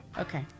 okay